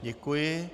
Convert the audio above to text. Děkuji.